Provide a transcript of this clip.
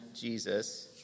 Jesus